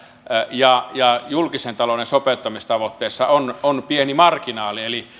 ja ja julkisen talouden sopeuttamistavoitteessa on on pieni marginaali eli